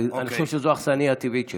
ואני חושב שזו האכסניה הטבעית שלו.